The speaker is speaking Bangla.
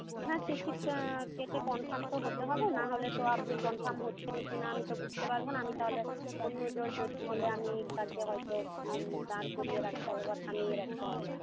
আপনার টিকিট কেটে কনফার্ম তো হতে হবে না হলে তো আবনি কনফার্ম হচ্ছেন কি না আমি তো বুঝতে পারবো না আমি তাহলে অন্য জন যদি বলে আমি তাকে হয়তো দাঁড় করিয়ে রাখতে হবে বা থামিয়ে রাখতে হবে